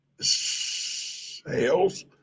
sales